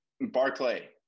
Barclay